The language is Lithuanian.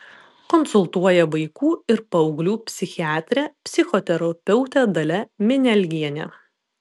konsultuoja vaikų ir paauglių psichiatrė psichoterapeutė dalia minialgienė